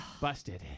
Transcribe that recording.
busted